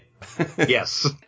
Yes